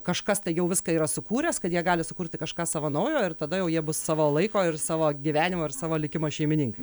kažkas tai jau viską yra sukūręs kad jie gali sukurti kažką savo naujo ir tada jau jie bus savo laiko ir savo gyvenimo ir savo likimo šeimininkai